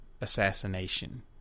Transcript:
assassination